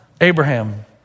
Abraham